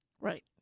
Right